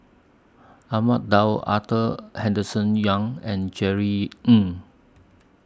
Ahmad Daud Arthur Henderson Young and Jerry Ng